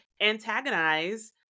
antagonize